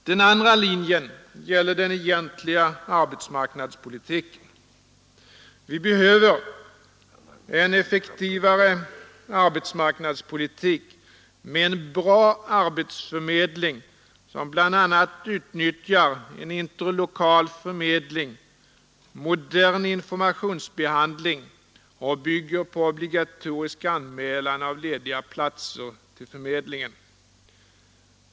Den andra linjen gäller den egentliga arbetsmarknadspolitiken. Vi behöver en effektivare arbetsmarknadspolitik med en bra arbetsförmedling, som bl.a. utnyttjar en interlokal förmedling och modern informationsbehandling samt bygger på obligatorisk anmälan av lediga platser till förmedlingen.